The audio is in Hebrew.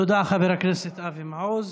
תודה, חבר הכנסת אבי מעוז.